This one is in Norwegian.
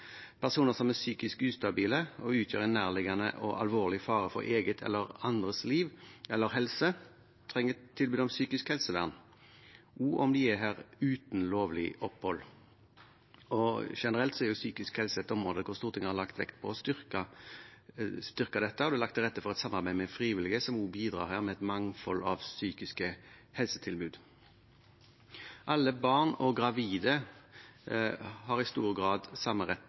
Personer som er psykisk ustabile og utgjør en nærliggende og alvorlig fare for eget eller andres liv eller helse, trenger tilbud om psykisk helsevern, også om de er her uten lovlig opphold. Generelt er psykisk helse et område som Stortinget har lagt vekt på å styrke, og det er lagt til rette for et samarbeid med frivillige, som også bidrar her med et mangfold av psykiske helsetilbud. Alle barn og gravide har i stor grad samme rett